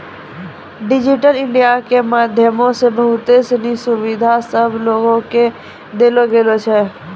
digital India के माध्यमो से बहुते सिनी सुविधा सभ लोको के देलो गेलो छै